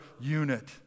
unit